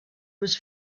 was